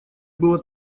было